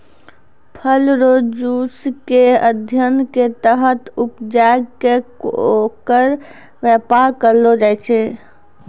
फल रो जुस के अध्ययन के तहत उपजाय कै ओकर वेपार करलो जाय छै